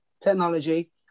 technology